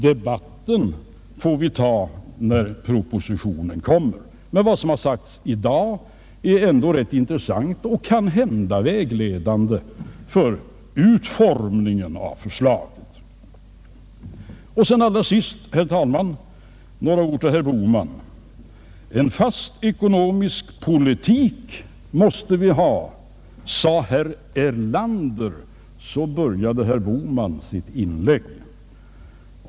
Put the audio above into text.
Debatten får vi ta när propositionen kommer, men vad som har sagts i dag är ändå rätt intressant och kanhända vägledande för utformningen av förslaget. Så, herr talman, några ord till herr Bohman. En fast ekonomisk politik måste vi ha, sade herr Erlander — så började herr Bohman sitt inlägg.